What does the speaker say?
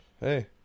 Hey